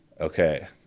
okay